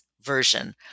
version